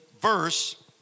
verse